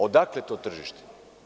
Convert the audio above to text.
Odakle to tržište?